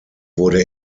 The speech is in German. wurde